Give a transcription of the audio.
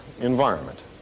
environment